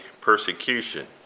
persecution